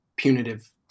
Punitive